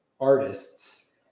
artists